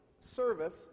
service